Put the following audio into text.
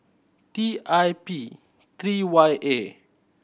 T I P three Y A